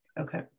okay